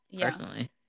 personally